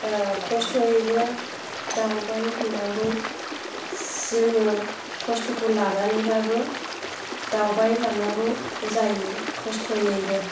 ओ खस्त'यैनो दावबाय हैनांगौ जोङो खस्त'खौ लानानैबाबो दावगाय लांनांगौ जायो खस्त'यैनो